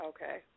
Okay